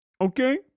Okay